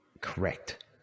correct